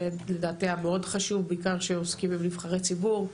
זה לדעתי היה מאוד חשוב בעיקר כשעוסקים עם נבחרי ציבור,